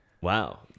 Wow